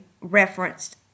referenced